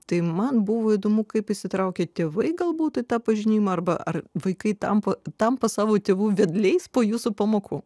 tai man buvo įdomu kaip įsitraukę tėvai galbūt tą pažinimą arba ar vaikai tampa tampa savo tėvų vedliais po jūsų pamokų